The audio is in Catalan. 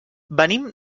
venim